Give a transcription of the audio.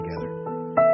together